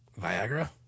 Viagra